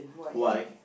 why